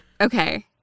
okay